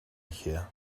here